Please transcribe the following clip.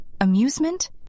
amusement